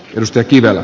risto kivelä